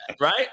Right